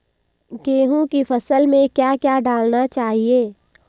गेहूँ की फसल में क्या क्या डालना चाहिए?